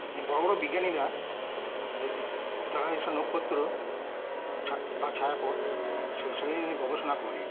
অনেক বড় বড় বিজ্ঞানীরা যদি যারা এসব নক্ষত্র ছা বা ছায়াপথ সে সেই নিয়ে গবেষণা করে